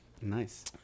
Nice